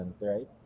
right